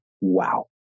wow